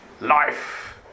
life